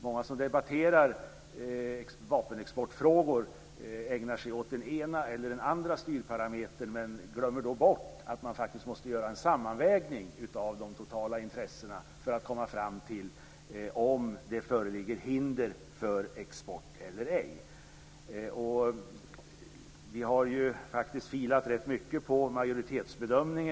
Många som debatterar vapenexportfrågor ägnar sig åt den ena eller den andra styrparametern, men glömmer bort att man måste göra en sammanvägning av de totala intressen för att komma fram till ifall det föreligger hinder för export eller ej. Majoriteten har filat ganska mycket på sin bedömning.